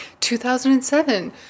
2007